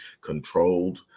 controlled